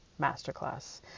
masterclass